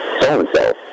so-and-so